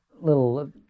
little